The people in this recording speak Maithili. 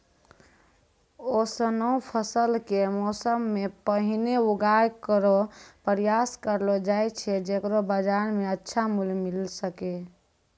ऑसनो फसल क मौसम सें पहिने उगाय केरो प्रयास करलो जाय छै जेकरो बाजार म अच्छा मूल्य मिले सके